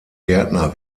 gärtner